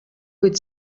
vuit